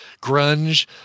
grunge